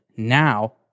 Now